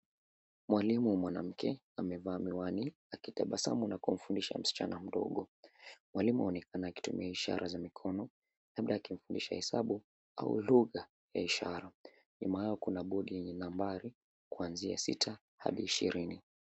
Mwalimu mwanamke amevaa miwani akitabasamu na kumfundisha msichana mdogo. Mwalimu aonekana akitumia ishara za mikono labda akimfundisha hesabu au lugha ya ishara. Nyuma yao kuna bodi yenye nambari kuanzia sita hadi ishirini.